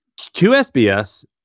QSBS